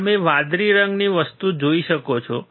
તમે વાદળી રંગની વસ્તુ જોઈ શકો છો